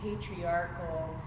patriarchal